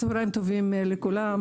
צוהריים טובים לכולם,